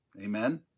Amen